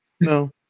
no